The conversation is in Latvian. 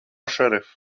šerif